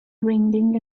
ringing